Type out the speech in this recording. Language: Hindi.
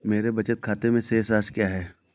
मेरे बचत खाते में शेष राशि क्या है?